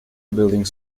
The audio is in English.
buildings